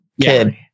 kid